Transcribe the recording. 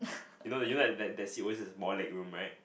you know you know that that seat always has more leg room right